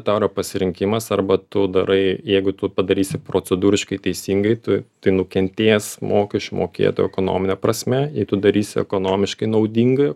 tau yra pasirinkimas arba tu darai jeigu tu padarysi procedūriškai teisingai tu tai nukentės mokesčių mokėtojo ekonomine prasme jei tu darysi ekonomiškai naudingai